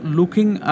looking